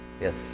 Yes